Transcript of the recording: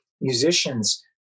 musicians